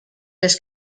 les